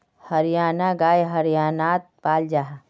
हरयाना गाय हर्यानात पाल जाहा